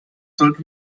sollte